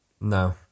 No